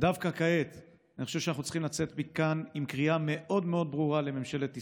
דווקא כעת אנחנו צריכים לצאת מכאן עם קריאה ברורה מאוד לממשלת ישראל: